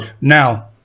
Now